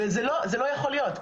וזה לא יכול להיות,